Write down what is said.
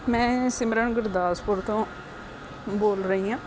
ਮੈਂ ਸਿਮਰਨ ਗੁਰਦਾਸਪੁਰ ਤੋਂ ਬੋਲ ਰਹੀ ਹਾਂ